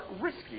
risky